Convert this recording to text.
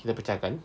kita pecah kan